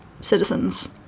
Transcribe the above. citizens